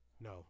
No